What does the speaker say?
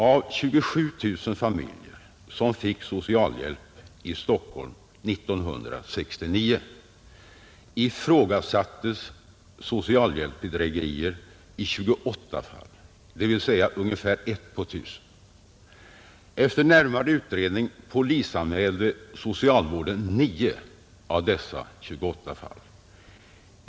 Av 27 000 familjer som fick socialhjälp i Stockholm 1969 ifrågasattes socialhjälpsbedrägerier i 28 fall, dvs. ungefär 1 fall på 1 000. Efter närmare utredning polisanmälde socialvården 9 av dessa 28 fall.